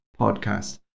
podcast